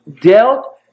dealt